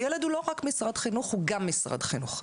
וילד הוא לא רק משרד חינוך - הוא גם משרד חינוך.